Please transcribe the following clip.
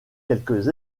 quelques